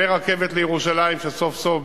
ורכבת לירושלים שסוף-סוף,